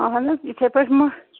اَہَن اِتھٕے پٲٹھۍ ما